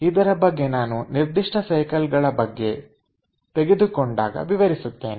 ಇದರ ಬಗ್ಗೆ ನಾನು ನಿರ್ದಿಷ್ಟ ಸೈಕಲ್ಗಳ ಬಗ್ಗೆ ತೆಗೆದುಕೊಂಡಾಗ ವಿವರಿಸುತ್ತೇನೆ